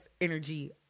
energy